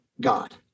God